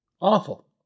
Awful